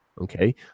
okay